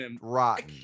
rotten